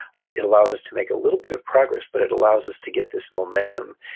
it it allows us to make a little bit of progress, but it allows us to get this momentum,